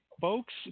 folks